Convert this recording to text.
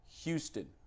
Houston